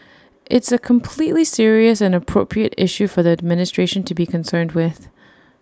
it's A completely serious and appropriate issue for the administration to be concerned with